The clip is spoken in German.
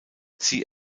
sie